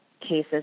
cases